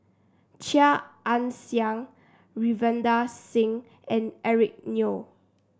Chia Ann Siang Ravinder Singh and Eric Neo